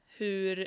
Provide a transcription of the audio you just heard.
hur